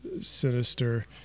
sinister